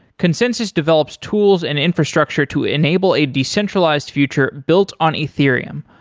consensys develops tools and infrastructure to enable a decentralized future built on ethereum,